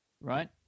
right